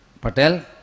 Patel